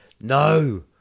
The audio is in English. no